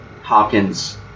Hopkins